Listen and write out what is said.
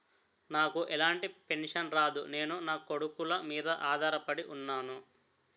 నాకు ఎలాంటి పెన్షన్ రాదు నేను నాకొడుకుల మీద ఆధార్ పడి ఉన్నాను